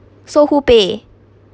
so who pay